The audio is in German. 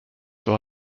für